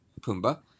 Pumbaa